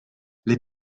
les